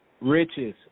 Riches